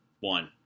one